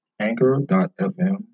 anchor.fm